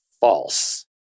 false